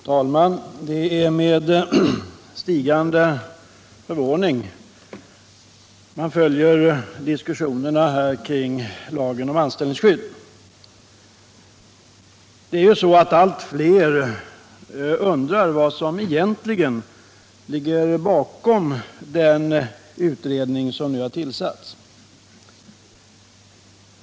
Herr talman! Det är med stigande förvåning man följer diskussionerna kring lagen om anställningsskydd. Allt fler undrar vad som egentligen ligger bakom den utredning som nu har tillsatts.